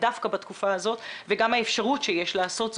דווקא בתקופה הזאת וגם האפשרות שיש לעשות זאת.